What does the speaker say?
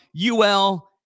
UL